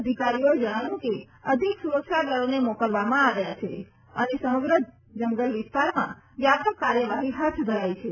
અધિકારીઓએ જણાવ્યું કે અધિક સુરક્ષા દળોને મોકલવામાં આવ્યા છે અને સમગ્ર જંગલ વિસ્તારમાં વ્યાપક કાર્યવાહી હાથ ધરાઈ છે